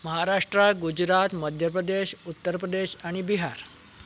म्हाराष्ट्रा गुजरात मध्य प्रदेश उत्तर प्रदेश आनी बिहार